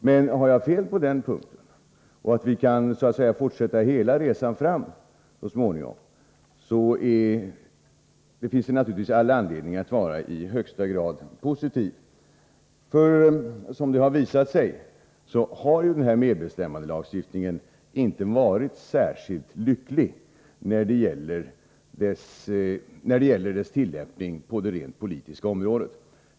Men om jag har fel i detta avseendet — och vi så att säga kan fortsätta hela resan fram så småningom — finns det naturligtvis all anledning att vara i högsta grad positiv. Som det har visat sig har ju den här medbestämmandelagstiftningen inte varit särskilt lycklig när det gäller dess tillämpning på det rent politiska området.